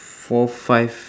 four five